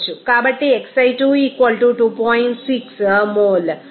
6 mole